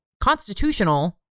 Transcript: constitutional